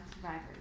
survivors